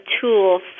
tool